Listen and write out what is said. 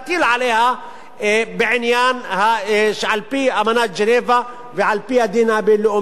עליה על-פי אמנת ז'נבה ועל-פי הדין הבין-לאומי,